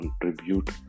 contribute